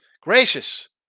Gracious